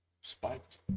Spiked